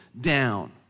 down